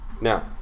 Now